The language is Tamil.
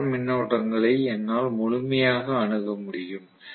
ரோட்டார் மின்னோட்டங்களை என்னால் முழுமையாக அணுக முடியும்